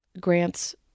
grants